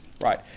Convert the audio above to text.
right